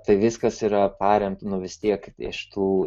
tai viskas yra paremta nu vis teik iš tų